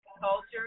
culture